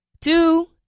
Two